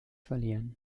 verlieren